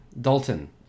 Dalton